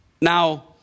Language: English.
Now